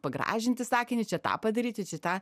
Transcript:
pagražinti sakinį čia tą padaryti čia tą